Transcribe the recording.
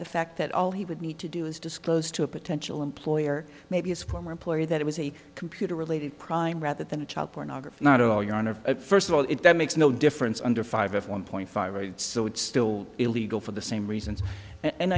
the fact that all he would need to do is disclose to a potential employer maybe his former employer that it was a computer related crime rather than a child pornographer not a lawyer on a first of all if that makes no difference under five of one point five so it's still illegal for the same reasons and